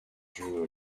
drew